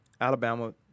Alabama